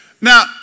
Now